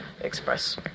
express